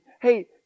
hey